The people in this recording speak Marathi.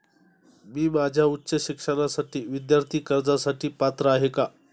मी माझ्या उच्च शिक्षणासाठी विद्यार्थी कर्जासाठी पात्र आहे का?